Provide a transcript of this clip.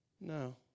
No